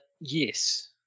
Yes